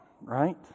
right